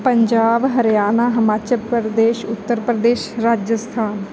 Punjab Haryana Himachal Pradesh Uttar Pradesh Rajasthan